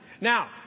Now